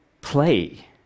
Play